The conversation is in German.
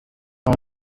und